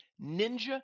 ninja